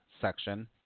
section